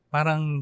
Parang